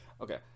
Okay